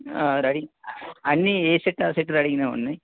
ready అన్ని ఏ set ఆ సెట్ రెడీగా ఉన్నాయి